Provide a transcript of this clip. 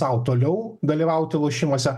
sau toliau dalyvauti lošimuose